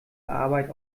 arbeit